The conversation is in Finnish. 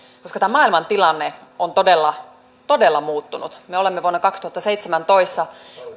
koska maailmantilanne on todella todella muuttunut me olemme vuonna kaksituhattaseitsemäntoista